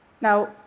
Now